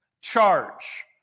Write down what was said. charge